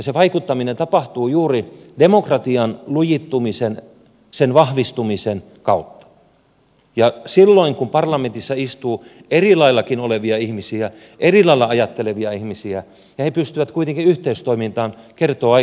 se vaikuttaminen tapahtuu juuri demokratian lujittumisen sen vahvistumisen kautta ja silloin kun parlamentissa istuu eri laillakin olevia ihmisiä eri lailla ajattelevia ihmisiä ja he pystyvät kuitenkin yhteistoimintaan se kertoo aika paljon